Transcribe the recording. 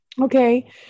Okay